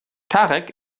tarek